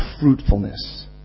fruitfulness